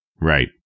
Right